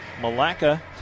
Malacca